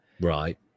Right